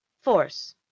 Force